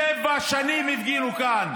שבע שנים הפגינו כאן.